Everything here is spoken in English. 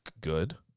good